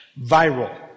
Viral